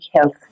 health